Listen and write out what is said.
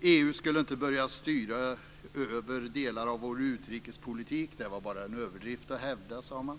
EU skulle inte börja styra över delar av vår utrikespolitik. Det var bara en överdrift att hävda, sade man.